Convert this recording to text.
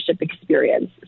experience